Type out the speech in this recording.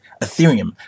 Ethereum